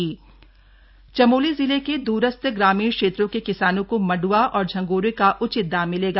मंडवा एवं झंगोरा चमोली जिले के द्रस्थ ग्रामीण क्षेत्रों के किसानों को मंड्वा और झंगोरे का उचित दाम मिलेगा